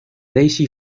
daisy